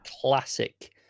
classic